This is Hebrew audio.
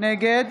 נגד